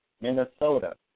Minnesota